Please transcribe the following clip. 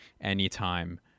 anytime